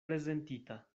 prezentita